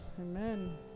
Amen